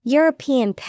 European